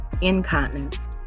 incontinence